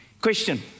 Question